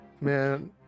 Man